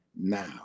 now